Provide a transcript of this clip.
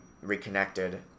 reconnected